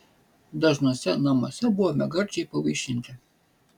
dažnuose namuose buvome gardžiai pavaišinti